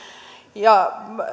ja